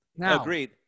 Agreed